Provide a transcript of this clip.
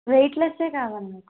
weightless కావాలి నాకు